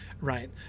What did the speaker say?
right